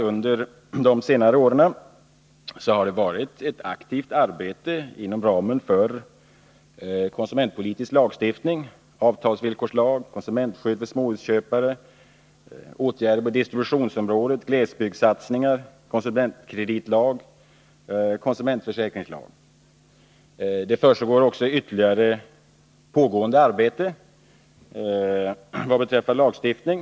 Under senare år har det förekommit ett aktivt arbete inom ramen för konsumentpolitisk lagstiftning — jag avser då avtalsvillkorslagen, konsumentskyddet för småhusköpare, vidtagna åtgärder på distributionsområdet, glesbygdssatsningar, konsumentkreditlagen, konsumentförsäkringslagen. Ytterligare arbete pågår vad gäller lagstiftningen.